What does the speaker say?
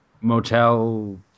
motel